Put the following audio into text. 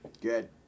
Good